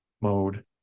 mode